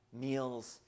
meals